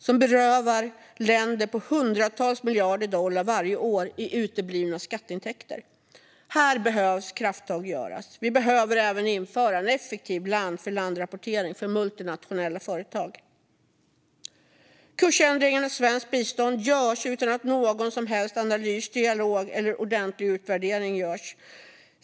Detta berövar länder hundratals miljarder dollar varje år i uteblivna skatteintäkter. Här behövs krafttag. Vi behöver även införa en effektiv land-för-land-rapportering för multinationella företag. Kursändringen gällande svenskt bistånd görs utan någon som helst analys, dialog eller ordentlig utvärdering.